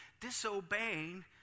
disobeying